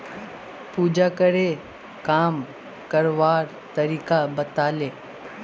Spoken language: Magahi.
पूजाकरे काम करवार तरीका बताले